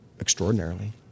Extraordinarily